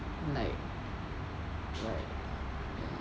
like like